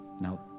Now